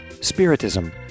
spiritism